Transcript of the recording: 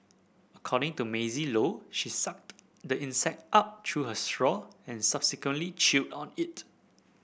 according to Maisy Low she sucked the insect up through her straw and subsequently chewed on it